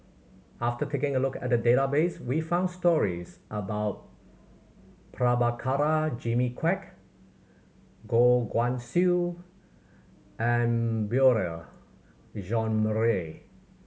after taking a look at the database we found stories about Prabhakara Jimmy Quek Goh Guan Siew and Beurel Jean Marie